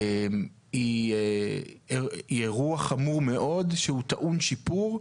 היא אירוע חמור מאוד שהוא טעון שיפור,